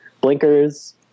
blinkers